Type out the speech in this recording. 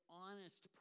honest